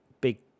big